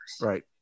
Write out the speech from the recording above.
Right